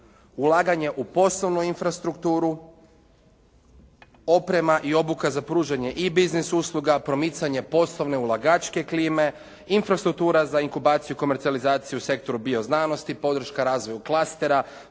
Ulaganje u poslovnu infrastrukturu, oprema i obuka za pružanje i biznis usluga, promicanje poslovne ulagačke klime, infrastruktura za inkubaciju komercijalizaciju u sektoru bioznanosti, podrška razvoju klastera,